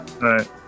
right